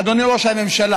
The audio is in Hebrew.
אדוני ראש הממשלה,